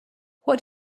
what